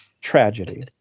tragedy